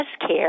care